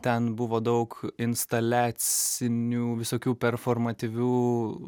ten buvo daug instaliacinių visokių performatyvių